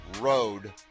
Road